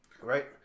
right